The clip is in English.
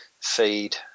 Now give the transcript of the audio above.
feed